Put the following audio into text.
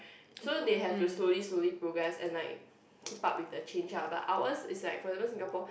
so they have to slowly slowly progress and like keep up with the change ah but ours is like for example Singapore